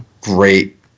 great